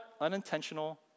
unintentional